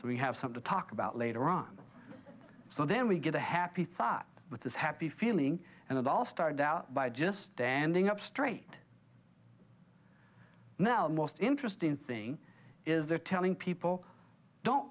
so we have some to talk about later on so then we get a happy thought with this happy feeling and it all started out by just standing up straight now most interesting thing is they're telling people don't